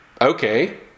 Okay